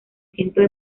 cientos